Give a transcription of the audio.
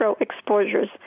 exposures